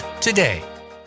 today